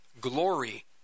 glory